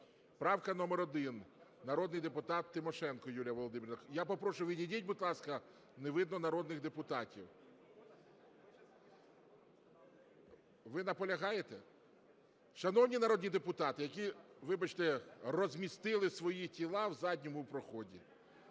Правка номер 1, народний депутат Тимошенко Юлія Володимирівна. Я попрошу, відійдіть, будь ласка, не видно народних депутатів. Ви наполягаєте? Шановні народні депутати, які, вибачте, розмістили свої тіла в задньому проході,